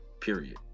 period